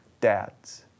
dads